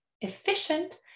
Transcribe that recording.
efficient